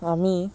আমি